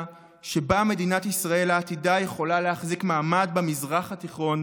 שבה מדינת ישראל העתידה יכולה להחזיק מעמד במזרח התיכון